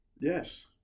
Yes